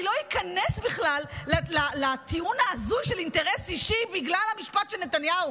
אני לא איכנס בכלל לטיעון ההזוי של אינטרס אישי בגלל המשפט של נתניהו.